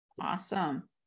awesome